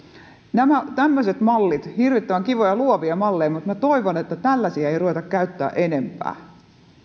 nämä tämmöiset mallit ovat hirvittävän kivoja luovia malleja mutta minä toivon että tällaisia ei ruveta käyttämään enempää